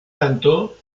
tanto